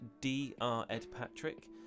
dredpatrick